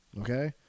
Okay